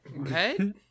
Okay